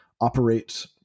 operate